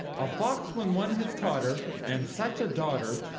a fox when one has caught her, and such a daughter,